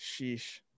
sheesh